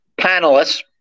panelists